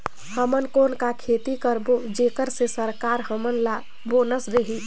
हमन कौन का खेती करबो जेकर से सरकार हमन ला बोनस देही?